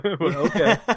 Okay